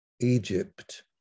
Egypt